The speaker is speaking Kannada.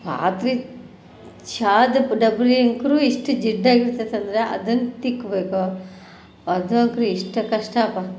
ಪಾತ್ರಿ ಚಾದಪ್ಪ ಡಬ್ರಿ ಇಂತೂ ಇಷ್ಟು ಜಿಡ್ಡಾಗಿರ್ತೈತಂದ್ರೆ ಅದನ್ನ ತಿಕ್ಕಬೇಕು ಅದಂಕ್ರ ಎಷ್ಟು ಕಷ್ಟಪಾ